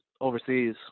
overseas